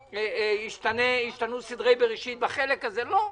ישתנו סדרי בראשית בחלק הזה, לא.